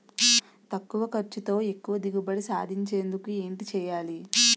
తక్కువ ఖర్చుతో ఎక్కువ దిగుబడి సాధించేందుకు ఏంటి చేయాలి?